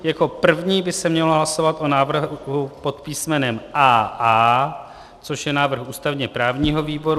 Jako první by se mělo hlasovat o návrhu pod písmenem AA, což je návrh ústavněprávního výboru.